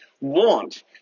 want